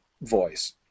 voice